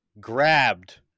grabbed